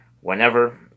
Whenever